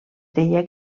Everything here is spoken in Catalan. deia